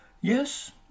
Yes